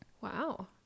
wow